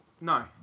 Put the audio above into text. No